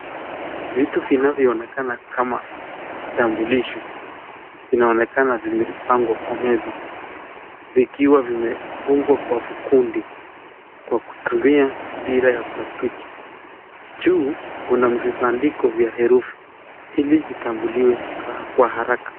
Vitu vinavyoonekana kama vitambulisho vinaonekana vimepangwa kwa meza vikiwa vimefungwa kwa vikundi kwa kutumia mipira ya plastiki . Juu kuna vibandiko kwa herufi hili itambuliwe kwa haraka